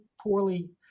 poorly